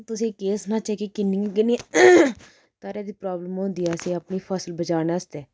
तुसेंगी केह् सनाचै कि किन्नी किन्नी घरै दी प्राब्लम होंदी ऐ असेंगी अपनी फसल बचाने आस्तै